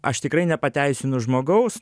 aš tikrai nepateisinu žmogaus